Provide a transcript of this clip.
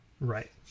right